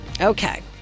Okay